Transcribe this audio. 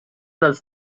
dels